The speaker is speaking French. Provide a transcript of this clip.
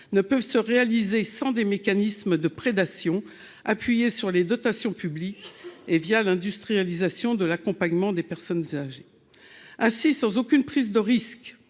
sont rendus possibles par des mécanismes de prédation appuyés sur les dotations publiques et par l'industrialisation de l'accompagnement des personnes âgées. Ainsi, sans aucune prise de risque,